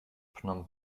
phnom